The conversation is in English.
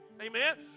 Amen